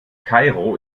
kairo